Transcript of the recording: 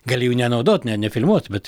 gali jų nenaudot ne nefilmuot bet